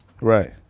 Right